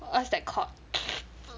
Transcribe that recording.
what's that called